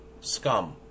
scum